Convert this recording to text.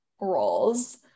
roles